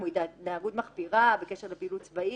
כמו התנהגות מחפירה בקשר לפעילות צבאית,